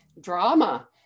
drama